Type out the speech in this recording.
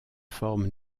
forme